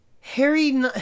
Harry